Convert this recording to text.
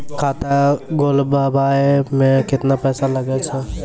खाता खोलबाबय मे केतना पैसा लगे छै?